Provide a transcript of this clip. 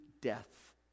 death